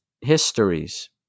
histories